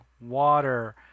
water